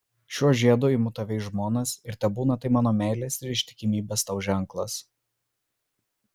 šiuo žiedu imu tave į žmonas ir tebūna tai mano meilės ir ištikimybės tau ženklas